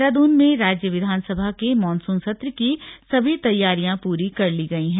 देहरादून में राज्य विधानसभा के मानसून सत्र की सभी तैयारियां पूरी कर ली गई हैं